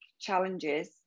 challenges